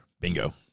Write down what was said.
Bingo